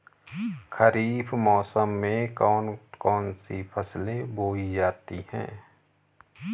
खरीफ मौसम में कौन कौन सी फसलें बोई जाती हैं?